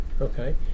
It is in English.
Okay